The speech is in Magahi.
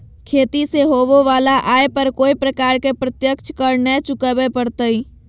खेती से होबो वला आय पर कोय प्रकार के प्रत्यक्ष कर नय चुकावय परतय